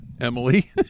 Emily